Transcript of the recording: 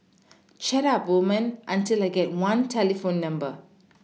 chat up women until I get one telephone number